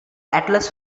atlas